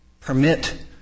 permit